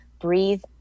breathe